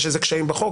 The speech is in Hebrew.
יש איזה קשיים בחוק?